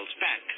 back